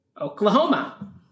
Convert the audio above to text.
Oklahoma